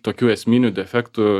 tokių esminių defektų